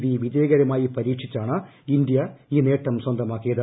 V വിജയകരമായി പരീക്ഷിച്ചാണ് India ഈ നേട്ടം സ്വന്തമാക്കിയത്